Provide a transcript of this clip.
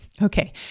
Okay